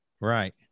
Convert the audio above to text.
Right